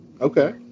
Okay